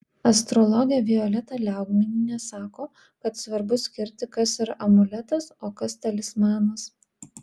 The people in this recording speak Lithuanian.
astrologė violeta liaugminienė sako kad svarbu skirti kas yra amuletas o kas talismanas